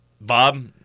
Bob